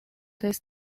this